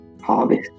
harvest